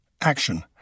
action